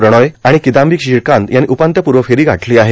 प्रणोय आणि किदांबी श्रीकांत यांनी उपांत्यपूर्व फेरी गाठली आहे